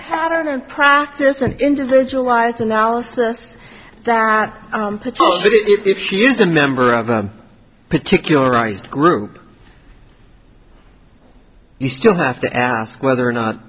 pattern and practice an individualized analysis that if she is a member of a particular ised group you still have to ask whether or not